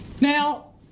Now